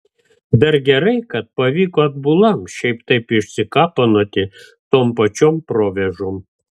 dar gerai kad pavyko atbulam šiaip taip išsikapanoti tom pačiom provėžom